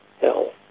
hell